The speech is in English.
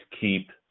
keep